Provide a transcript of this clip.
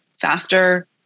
faster